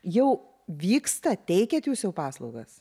jau vyksta teikiat jūs jau paslaugas